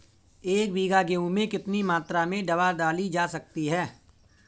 एक बीघा गेहूँ में कितनी मात्रा में दवा डाली जा सकती है?